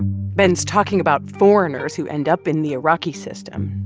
ben's talking about foreigners who end up in the iraqi system,